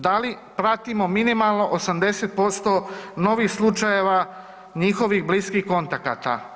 Da li pratimo minimalno 80% novih slučajeva njihovih bliskih kontakata?